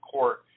Court